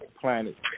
planet